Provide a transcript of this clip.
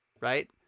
right